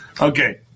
Okay